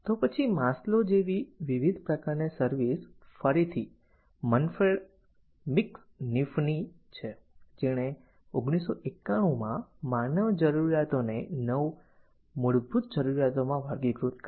તો પછી માસ્લો જેવી વિવિધ પ્રકારની સર્વિસ ફરીથી મેનફ્રેડ મેક્સ નીફ ની છે જેણે 1991 માં માનવ જરૂરિયાતોને 9 મૂળભૂત જરૂરિયાતોમાં વર્ગીકૃત કરી